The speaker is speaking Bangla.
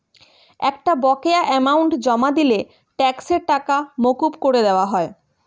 একটা বকেয়া অ্যামাউন্ট জমা দিলে ট্যাক্সের টাকা মকুব করে দেওয়া হয়